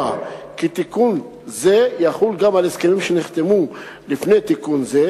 כי תיקון זה יחול גם על הסכמים שנחתמו לפני תיקון זה.